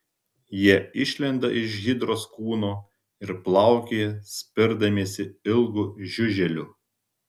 jie išlenda iš hidros kūno ir plaukioja spirdamiesi ilgu žiuželiu